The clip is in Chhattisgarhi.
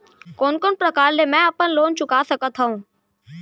कोन कोन प्रकार ले मैं अपन लोन चुका सकत हँव?